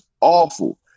awful